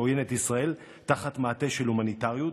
שעוין את ישראל תחת מעטה של הומניטריות.